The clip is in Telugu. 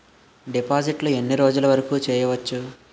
డిపాజిట్లు ఎన్ని రోజులు వరుకు చెయ్యవచ్చు?